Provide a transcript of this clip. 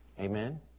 Amen